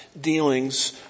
dealings